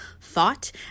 thought